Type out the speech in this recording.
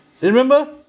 Remember